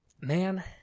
man